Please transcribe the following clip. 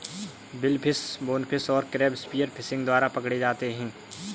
billfish, bonefish और crab spear fishing द्वारा पकड़े जाते हैं